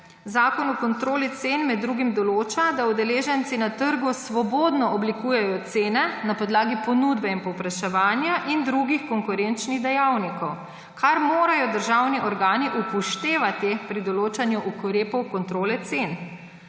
Zakon o kontroli cen med drugim določa, da udeleženci na trgu svobodno oblikujejo cene na podlagi ponudbe in povpraševanja in drugih konkurenčnih dejavnikov, kar morajo državni organi upoštevati pri določanju ukrepov kontrole cen.